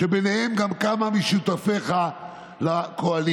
שבה גם כמה משותפיך לקואליציה.